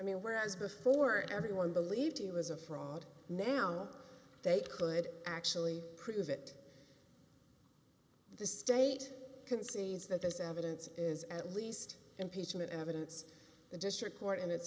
mean whereas before everyone believed it was a fraud now they could actually prove it the state concedes that this evidence is at least impeachment evidence the district court in its